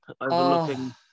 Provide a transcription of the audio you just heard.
overlooking